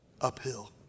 uphill